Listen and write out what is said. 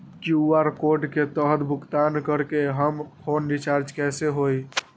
QR code के तहद भुगतान करके हम फोन रिचार्ज कैसे होई?